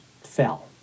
fell